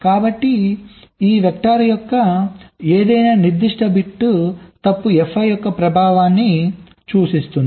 కాబట్టి ఈ వెక్టార్ యొక్క ఏదైనా నిర్దిష్ట బిట్ తప్పు Fi యొక్క ప్రభావాన్ని సూచిస్తుంది